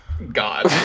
God